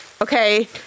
Okay